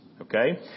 okay